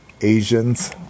Asians